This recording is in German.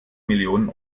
millionen